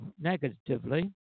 negatively